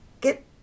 Get